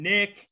Nick